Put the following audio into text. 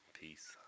peace